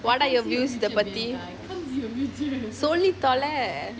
what are your views பத்தி சொல்லி தொலை:pathi solli thollai